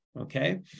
Okay